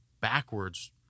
backwards